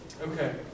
Okay